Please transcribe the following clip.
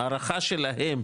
הערכה שלהם,